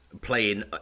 playing